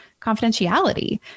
confidentiality